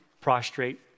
prostrate